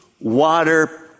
water